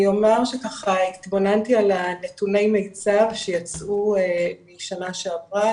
אני אומר שהתבוננתי על נתוני מיצ"ב שיצאו בשנה שעברה,